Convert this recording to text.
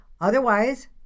Otherwise